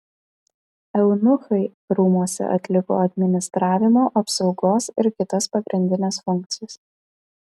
eunuchai rūmuose atliko administravimo apsaugos ir kitas pagrindines funkcijas